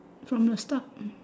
from the start